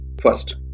First